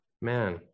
man